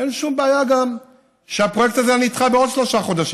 אין שום בעיה גם שהפרויקט הזה היה נדחה בעוד שלושה חודשים.